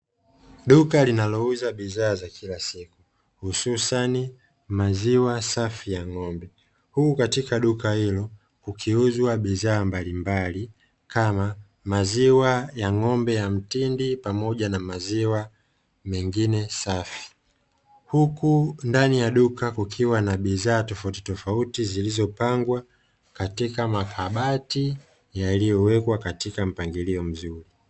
Duka linalouza bidhaa za kila siku hususani maziwa safi ya ng'ombe, huku katika duka hilo kukiuzwa bidhaa mbalimbali kama maziwa ya ng'ombe ya mtindi pamoja na maziwa mengine safi, huku ndani ya duka kukiwa na bidhaa tofautitofauti zilizopangwa katika makabati yaliyowekwa katika mpangilio mzuri.